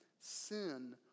sin